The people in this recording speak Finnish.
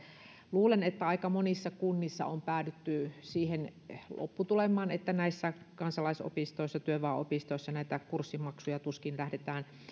luulen että aika monissa kunnissa on päädytty siihen lopputulemaan että näissä kansalaisopistoissa työväenopistoissa näitä kurssimaksuja tuskin lähdetään